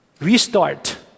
Restart